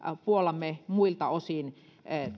puollamme muilta osin